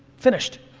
finished.